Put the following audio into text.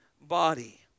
body